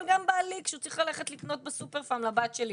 אבל גם בעלי כשהוא צריך ללכת לקנות בסופר פארם לבת שלי